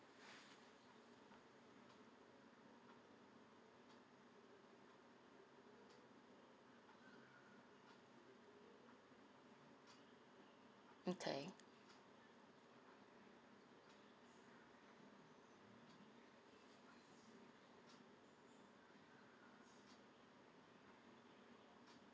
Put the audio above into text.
mm okay